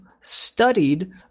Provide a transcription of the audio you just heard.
studied